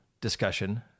discussion